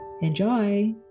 Enjoy